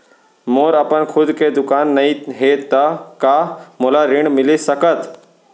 मोर अपन खुद के दुकान नई हे त का मोला ऋण मिलिस सकत?